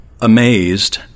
amazed